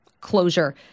closure